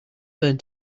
burned